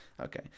Okay